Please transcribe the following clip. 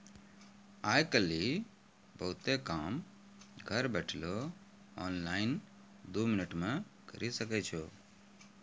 आय काइल बहुते काम घर बैठलो ऑनलाइन दो मिनट मे करी सकै छो